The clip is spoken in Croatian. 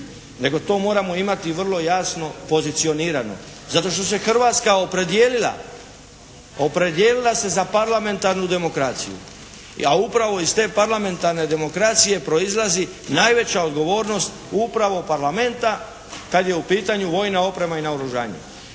nego to moramo imati vrlo jasno pozicionirano. Zato što se Hrvatska opredijelila, opredijelila se za parlamentarnu demokraciju a upravo iz te parlamentarne demokracije proizlazi najveća odgovornost upravo parlamenta kada je u pitanju vojna oprema i naoružanje.